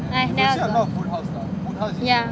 I can tell yeah